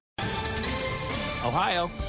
Ohio